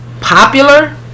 popular